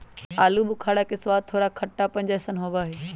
आलू बुखारा के स्वाद थोड़ा खट्टापन जयसन होबा हई